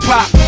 Pop